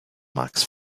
max